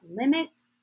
limits